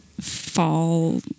fall